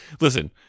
Listen